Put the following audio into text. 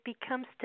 becomes